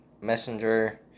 messenger